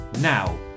now